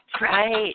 Right